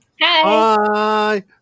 Hi